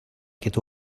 get